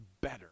better